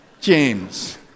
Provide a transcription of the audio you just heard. James